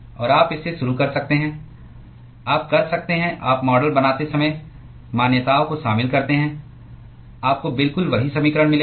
और आप इससे शुरू कर सकते हैं आप कर सकते हैं आप मॉडल बनाते समय मान्यताओं को शामिल करते हैं आपको बिल्कुल वही समीकरण मिलेगा